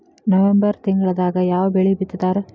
November ತಿಂಗಳದಾಗ ಯಾವ ಬೆಳಿ ಬಿತ್ತತಾರ?